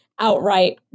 outright